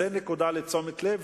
זו נקודה לתשומת לב,